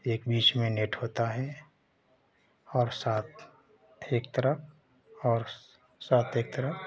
एक बीच में नेट होता है और सात एक तरफ और सात एक तरफ